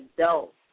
adults